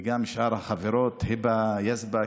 וגם שאר החברות, היבה יזבק,